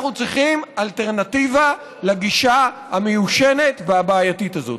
אנחנו צריכים אלטרנטיבה לגישה המיושנת והבעייתית הזאת.